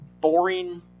boring